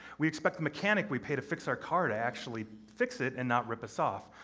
we expect the mechanic we pay to fix our car to actually fix it and not rip us off.